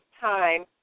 time